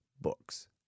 books